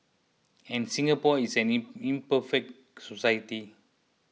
and Singapore is any imperfect society